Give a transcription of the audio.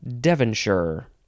Devonshire